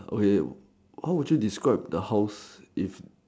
okay how would you describe the house if